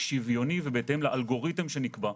שוויוני ובהתאם לאלגוריתם שנקבע.